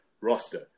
roster